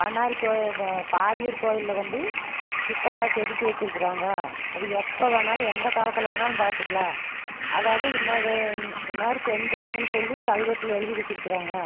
பண்ணாரி பாரியூர் கோயிலில் வந்து சிற்பமாக செதுக்கி வச்சுருக்குறாங்க அது எப்போ வேணாலும் எந்த காலத்தில் வேணாலும் பார்த்துக்கலாம் அதாவது இன்னது இன்னார் செஞ்சாங்கன்னு சொல்லி கல்வெட்டில் எழுதி வச்சுருக்குறாங்க